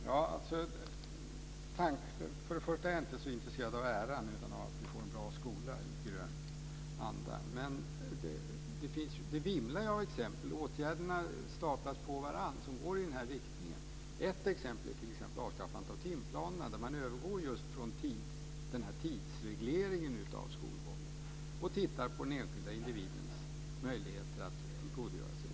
Fru talman! Till att börja med är jag inte så intresserad av äran, utan av att vi får en bra skola i grön anda. Det vimlar ju av exempel. Åtgärder som går i den här riktningen staplas på varandra. Ett exempel är avskaffandet av timplanerna. Man övergår från en tidsreglering av skolgången till att titta på den enskilda individens möjligheter att tillgodogöra sig undervisningen.